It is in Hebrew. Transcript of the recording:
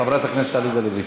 חברת הכנסת עליזה לביא.